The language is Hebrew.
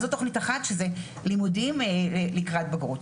זו תכנית אחת, זה לימודים לקראת בגרות.